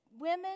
Women